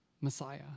messiah